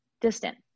distant